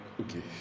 Okay